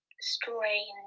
strange